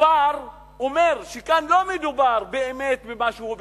כבר אומר שכאן לא מדובר באמת במשהו ביטחוני,